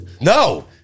No